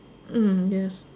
um yes